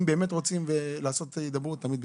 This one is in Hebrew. אם באמת רוצים לעשות הידברות, תמיד בשמחה.